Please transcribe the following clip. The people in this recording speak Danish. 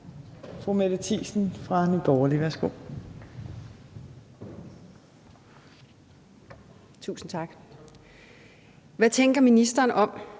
Hvad tænker ministeren om,